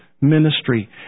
ministry